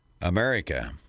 America